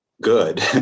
good